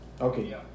Okay